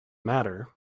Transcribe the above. matter